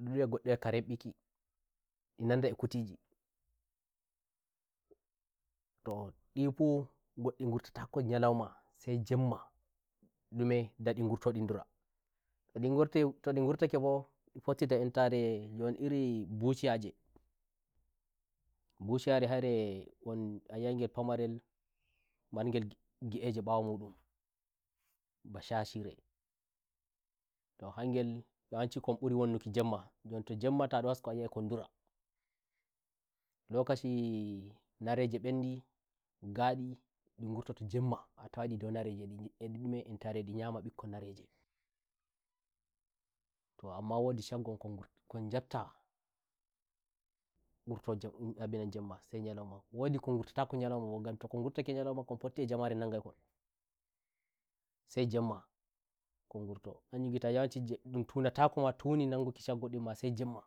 luwe godde wai kare bikindi nan ndai a kutijito dhi bho ngoddi wurtatako nyaloima sai jemmandume nda ndi gurto ndi ndimato ndi ngurtake mbo ndi pottimdai antare jon irin bushiyajebushiyare haire won ayi ai ngel pamarel margel ngi eje mbawo mundum ba shashireto hangek yawanci kon mburi wonnuki jemma jon to jemma ta ndon hasko ayi ai ekon nduralakaci nareje mben ndi gandhi ndi gurtoto jemma a tawai dhi dku nareje entare ndi nyama bikkon narejeto amma wondi shaggon kon jatta ngurto jemma abinan jemma sai nyaloimanwomdhi kon ngurtatako nyaloima bo ngan tokon ngurtake kon potti a jamare nangai kon sai jemma kon ngurtohanjun ngi'ata yawanci ndun tuna tako tuni nanguki shaggom konma sai jemma